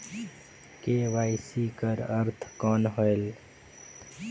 KYC कर अर्थ कौन होएल?